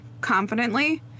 confidently